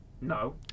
No